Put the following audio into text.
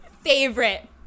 favorite